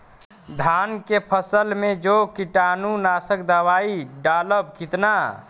धान के फसल मे जो कीटानु नाशक दवाई डालब कितना?